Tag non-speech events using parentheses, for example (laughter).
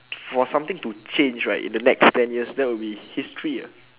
(breath) for something to change right in the next ten years that would be history ah (breath)